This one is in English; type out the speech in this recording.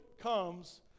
comes